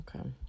okay